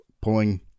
pulling